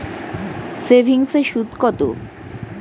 সেভিংসে সুদ কত?